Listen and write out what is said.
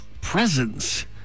presence